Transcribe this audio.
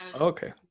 okay